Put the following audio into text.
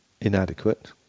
inadequate